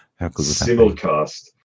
Simulcast